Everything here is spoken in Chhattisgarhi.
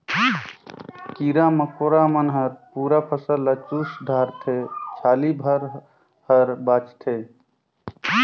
कीरा मकोरा मन हर पूरा फसल ल चुस डारथे छाली भर हर बाचथे